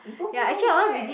both Rome right